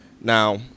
Now